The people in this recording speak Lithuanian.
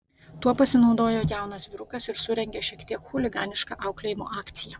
tuo pasinaudojo jaunas vyrukas ir surengė šiek tiek chuliganišką auklėjimo akciją